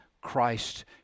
Christ